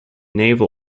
naval